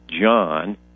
John